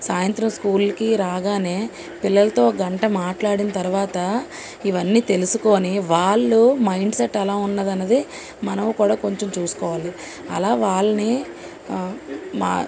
సాయంత్రం స్కూల్కి రాగానే పిల్లలతో ఒక గంట మాట్లాడిన తర్వాత ఇవన్నీ తెలుసుకుని వాళ్ళు మైండ్సెట్ ఎలా ఉన్నది అన్నది మనం కూడా కొంచెం చూసుకోవాలి అలా వాళ్ళని మా